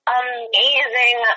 amazing